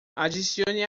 adicione